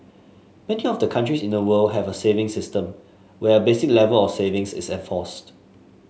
many of the countries in the world have a savings system where a basic level of savings is enforced